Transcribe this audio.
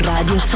Radio